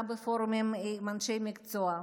גם בפורומים עם אנשי מקצוע.